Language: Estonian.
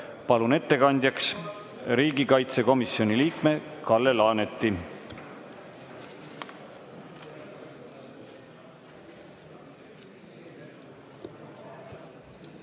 Palun ettekandjaks riigikaitsekomisjoni liikme Kalle Laaneti.